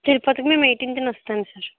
తిరుపతి మేము ఎయిటీన్త్న వస్తాం సార్